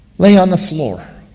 lay on the floor